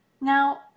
now